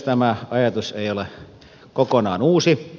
tämä ajatus ei ole kokonaan uusi